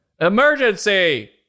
emergency